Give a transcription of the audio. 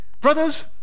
Brothers